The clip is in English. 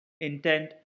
Intent